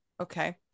Okay